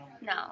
No